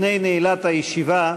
לפני נעילת הישיבה,